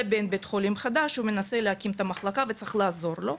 לבין בית חולים חדש שהוא מנסה להקים את המחלקה וצריך לעזור לו.